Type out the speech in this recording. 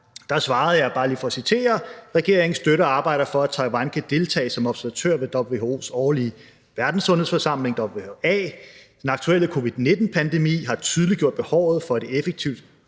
der svarede jeg, bare lige for at citere, at regeringen støtter og arbejder for, at Taiwan kan deltage som observatør ved WHO's årlige verdenssundhedsforsamling, WHA. Den aktuelle covid-19-pandemi har tydeliggjort behovet for et effektivt